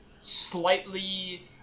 slightly